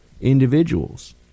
individuals